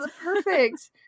perfect